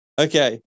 Okay